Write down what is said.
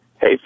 Hey